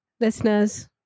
Listeners